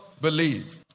believe